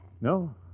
No